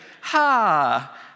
ha